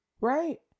right